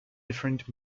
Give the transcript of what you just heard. different